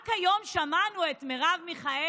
רק היום שמענו את מרב מיכאלי,